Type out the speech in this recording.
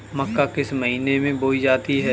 मक्का किस महीने में बोई जाती है?